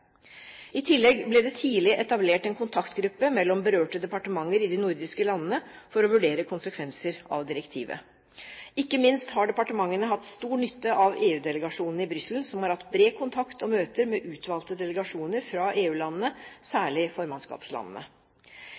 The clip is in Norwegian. I tillegg ble det tidlig etablert en kontaktgruppe mellom berørte departementer i de nordiske landene for å vurdere konsekvenser av direktivet. Ikke minst har departementene hatt stor nytte av EU-delegasjonen i Brussel, som har hatt bred kontakt og møter med utvalgte delegasjoner fra EU-landene, særlig formannskapslandene.